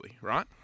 right